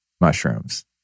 mushrooms